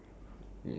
ya